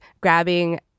grabbing